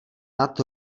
nad